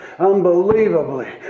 unbelievably